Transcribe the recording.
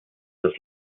das